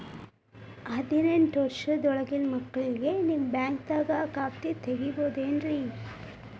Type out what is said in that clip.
ಹದಿನೆಂಟು ವರ್ಷದ ಒಳಗಿನ ಮಕ್ಳಿಗೆ ನಿಮ್ಮ ಬ್ಯಾಂಕ್ದಾಗ ಖಾತೆ ತೆಗಿಬಹುದೆನ್ರಿ?